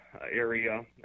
area